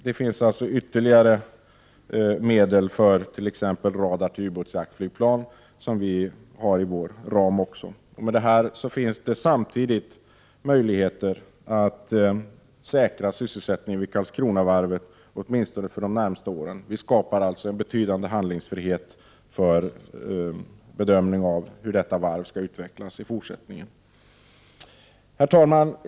Vi har i vår ram även ytterligare medel för t.ex. radar till ubåtsjaktflygplan. Med detta finns det samtidigt möjligheter att säkra sysselsättningen vid Karlskronavarvet åtminstone för de närmaste åren. Vi skapar alltså en betydande handlingsfrihet för bedömningen av hur detta varv skall utvecklas i fortsättningen.